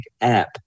App